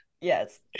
Yes